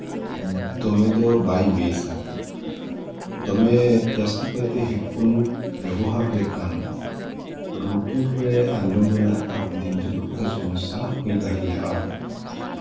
ᱫᱚᱢᱮ ᱫᱚ ᱵᱟᱭ ᱵᱮᱥᱼᱟ ᱫᱚᱢᱮ ᱡᱟᱹᱥᱛᱤ ᱠᱟᱭᱛᱮ ᱦᱮᱰᱯᱷᱳᱱ ᱵᱮᱵᱚᱦᱟᱨ ᱞᱮᱠᱷᱟᱱ ᱞᱩᱛᱩᱨ ᱨᱮ ᱟᱸᱡᱚᱢ ᱨᱮᱱᱟᱜ ᱦᱟᱯᱮᱱ ᱫᱤᱱᱨᱮ ᱢᱤᱫᱴᱟᱱ ᱥᱚᱢᱚᱥᱥᱟ ᱦᱩᱭ ᱫᱟᱲᱮᱭᱟᱜᱼᱟ